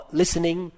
listening